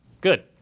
Good